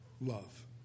love